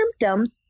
symptoms